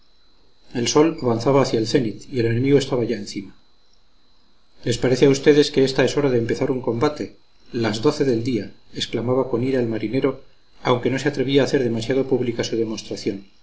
el sol avanzaba hacia el zenit y el enemigo estaba ya encima les parece a ustedes que ésta es hora de empezar un combate las doce del día exclamaba con ira el marinero aunque no se atrevía a hacer demasiado pública su demostración